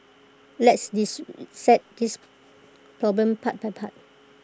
let's dissect this problem part by part